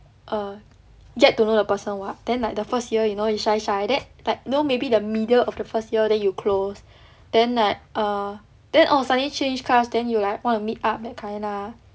err get to know the person [what] then like the first year you know you shy shy then like you know maybe the middle of the first year that you close then like ah then all of the sudden change class then you like want to meet up that kind ah